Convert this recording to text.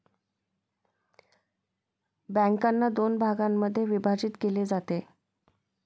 बँकांना दोन भागांमध्ये विभाजित केले जाते